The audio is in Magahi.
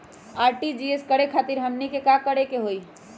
आर.टी.जी.एस करे खातीर हमनी के का करे के हो ई?